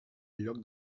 lloc